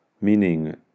meaning